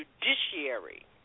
judiciary